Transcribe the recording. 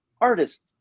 artist